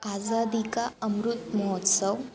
आजा़दि का अमृतमहोत्सवः